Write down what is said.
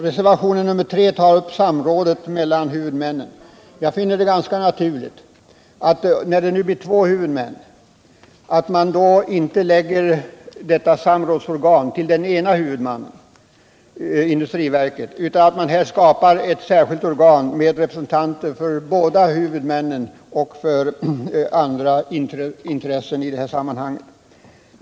Reservationen 3 tar upp samrådet mellan huvudmännen. Jag finner det ganska naturligt att man, när det nu blir två huvudmän, inte förlägger samrådsorganisationen till den ena huvudmannen, industriverket, utan att man här skapar ett särskilt organ med representanter för båda huvudmännen och för andra intressen i detta sammanhang.